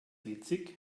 witzig